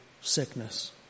sickness